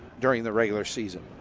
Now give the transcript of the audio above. during the regular season.